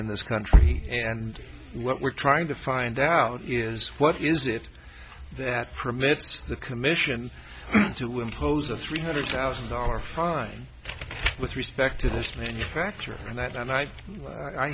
in this country and what we're trying to find out is what is it that permits the commission to impose a three hundred thousand dollar fine with respect to this manufacture and that and i i